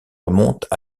remontent